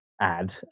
add